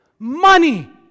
money